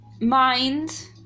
mind